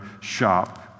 shop